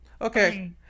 Okay